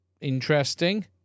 Interesting